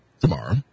tomorrow